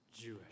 Jewish